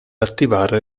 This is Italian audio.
attivare